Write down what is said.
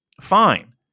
fine